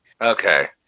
Okay